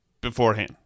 beforehand